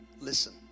listen